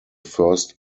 first